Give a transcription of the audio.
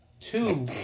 Two